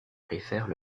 préfèrent